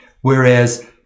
Whereas